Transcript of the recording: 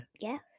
Yes